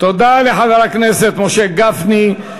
תודה לחבר הכנסת משה גפני.